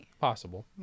Possible